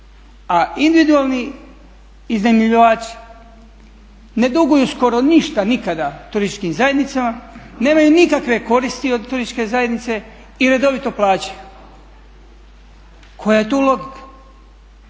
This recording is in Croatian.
a individualni iznajmljivači ne duguju skoro ništa, nikada turističkim zajednicama, nemaju nikakve koristi od turističke zajednice i redovito plaćaju. Koja je tu logika?